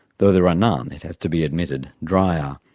though there are none, it has to be admitted, drier.